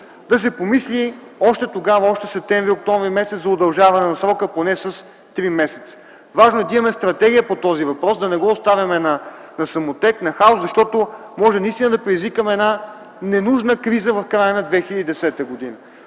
да се помисли още през месец септември-октомври за удължаване на срока поне с три месеца. Важно е да имаме стратегия по този въпрос, да не го оставяме на самотек, на хаос, защото може наистина да предизвикаме една ненужна криза в края на 2010 г.